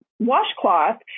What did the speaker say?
washcloth